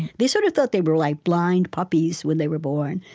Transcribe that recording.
they sort of thought they were like blind puppies when they were born,